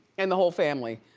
and the whole family.